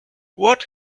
what